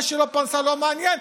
שמה שלא פרנסה לא מעניין,